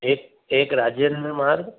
एक एक राजेंद्र मार्ग